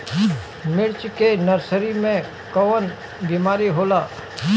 मिर्च के नर्सरी मे कवन बीमारी होला?